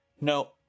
No